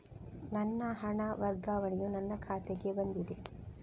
ನನ್ನ ಹಣ ವರ್ಗಾವಣೆಯು ನನ್ನ ಖಾತೆಗೆ ಹಿಂದೆ ಬಂದಿದೆ